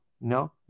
No